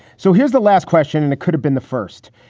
so here's the last question. and it could have been the first.